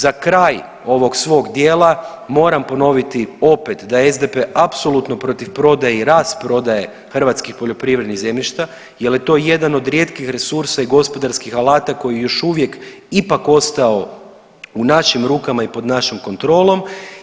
Za kraj ovog svog dijela moram ponoviti opet da je SDP-e apsolutno protiv prodaje i rasprodaje hrvatskih poljoprivrednih zemljišta, jer je to jedan od rijetkih resursa i gospodarskih alata koji još uvijek ipak ostao u našim rukama i pod našom kontrolom.